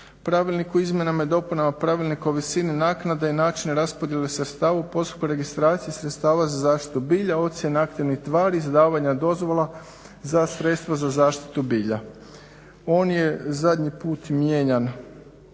pravilnik o izmjenama i dopunama Pravilnika o visini naknade i način raspodjele sredstava u postupku registracije sredstava za zaštitu bilja, ocjena aktivnih tvari, izdavanja dozvola za sredstva za zaštitu bilja. On je zadnji put mijenjan